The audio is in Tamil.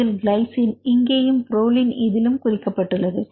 இதில் கிளைசின் இங்கேயும் புரோலின் இதிலும் குறிக்கப்பட்டுள்ளது